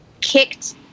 kicked